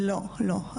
לא.